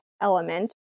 element